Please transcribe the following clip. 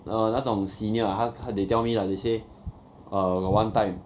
err 那种 senior ah 他他 they tell me lah they say err got one time